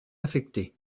affectées